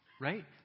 right